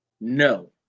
No